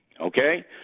okay